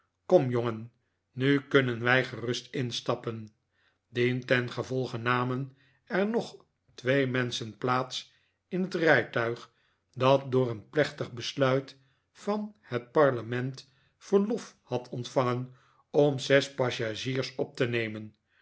kom jongen nu kunnen wij gerust instappen dientengevolge namen er nog twee menschen plaats in het rijtuig dat door een plechtig besluit van het parlement verlof had ontvangen om zes passagiers op te nemen